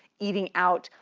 eating out,